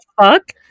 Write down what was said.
fuck